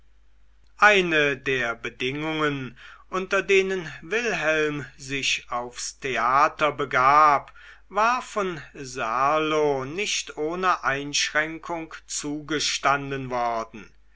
eine der bedingungen unter denen wilhelm sich aufs theater begab war von serlo nicht ohne einschränkung zugestanden worden